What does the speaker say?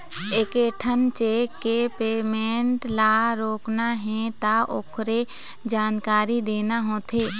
एकेठन चेक के पेमेंट ल रोकना हे त ओखरे जानकारी देना होथे